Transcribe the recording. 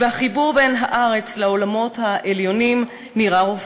והחיבור בין הארץ לעולמות העליונים נראה רופף.